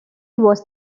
was